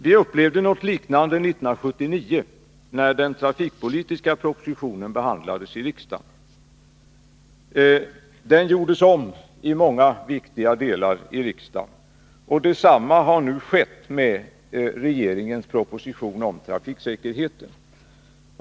Vi upplevde något liknande år 1979, när den trafikpolitiska propositionen behandlades i riksdagen. I många viktiga delar gjordes den om av utskott och riksdag, och detsamma har nu skett med regeringens proposition beträffande det framtida trafiksäkerhetsarbetet m.m.